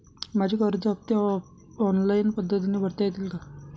माझे कर्ज हफ्ते ऑनलाईन पद्धतीने भरता येतील का?